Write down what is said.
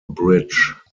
bridge